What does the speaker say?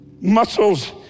muscles